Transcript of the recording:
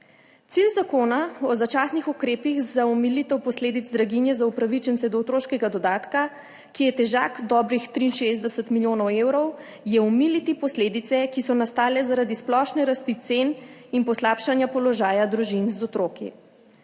Cilj zakona o začasnih ukrepih za omilitev posledic draginje za upravičence do otroškega dodatka, ki je težak dobrih 63 milijonov evrov, je omiliti posledice, ki so nastale zaradi splošne rasti cen in poslabšanja položaja družin z otroki.